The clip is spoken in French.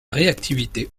réactivité